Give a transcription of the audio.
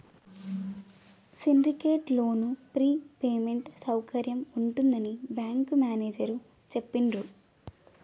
syndicate loan free payment సౌకర్యం ఉంటుందని bank manager చెప్పిండ్రు